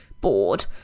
bored